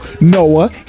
Noah